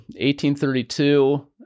1832